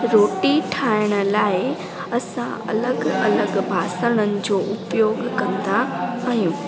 रोटी ठाहिण लाइ असां अलॻि अलॻि बासणनि जो उपयोग कंदा आहियूं